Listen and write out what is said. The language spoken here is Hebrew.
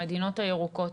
המדינות הירוקות,